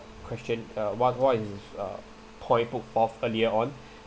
question uh wha~ wha~ uh point put forth earlier on